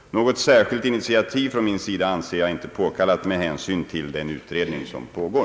Något särskilt initiativ från min sida anser jag inte påkallat med hänsyn till den utredning som pågår.